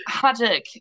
Haddock